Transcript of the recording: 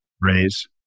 raise